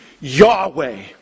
Yahweh